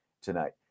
tonight